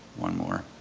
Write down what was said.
one more.